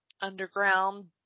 underground